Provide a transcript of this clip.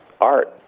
art